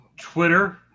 Twitter